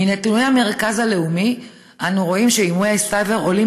מנתוני המרכז הלאומי אנחנו רואים שאיומי הסייבר עולים